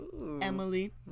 Emily